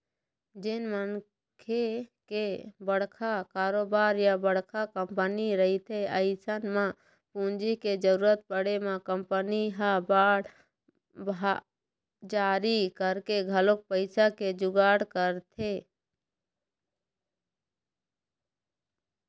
जेन मनखे के बड़का कारोबार या बड़का कंपनी रहिथे अइसन म पूंजी के जरुरत पड़े म कंपनी ह बांड जारी करके घलोक पइसा के जुगाड़ करथे